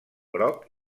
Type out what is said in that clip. groc